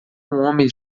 homem